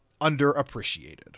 underappreciated